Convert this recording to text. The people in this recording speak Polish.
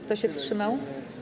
Kto się wstrzymał?